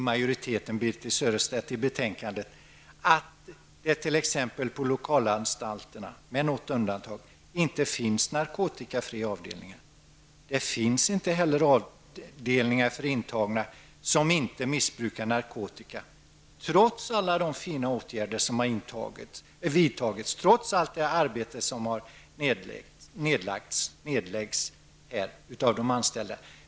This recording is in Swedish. Majoriteten skriver ändå i betänkandet, Birthe Sörestedt, att det t.ex. på lokalanstalterna, med något undantag, inte finns narkotikafria avdelningar. Det finns inte heller avdelningar för intagna som inte missbrukar narkotika, trots alla de fina åtgärder som har vidtagits, trots allt det arbete som läggs ned av de anställda.